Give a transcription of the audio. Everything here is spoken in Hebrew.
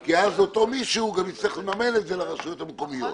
כי אז אותו אדם גם יצטרך לממן את זה לרשויות המקומיות.